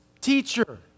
teacher